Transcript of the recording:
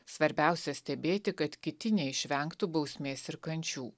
svarbiausia stebėti kad kiti neišvengtų bausmės ir kančių